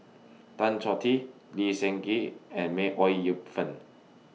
Tan Choh Tee Lee Seng Gee and May Ooi Yu Fen